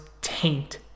taint